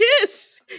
Kiss